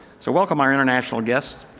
so welcome our international guests.